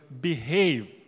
behave